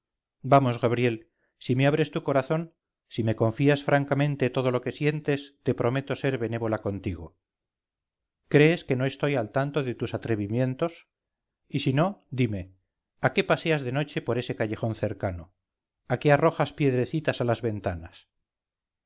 vamos gabriel si me abres tu corazón si me confías francamente todo lo que sientes te prometo ser benévola contigo crees que no estoy al tanto de tus atrevimientos y sí no dime a qué paseas de noche por ese callejón cercano a qué arrojas piedrecitas a las ventanas